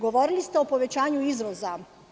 Govorili ste o povećanju izvoza.